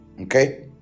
okay